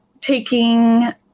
taking